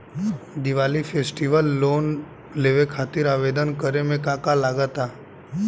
Diwali festival loan लेवे खातिर आवेदन करे म का का लगा तऽ?